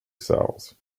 cells